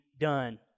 done